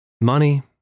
money